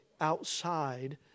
outside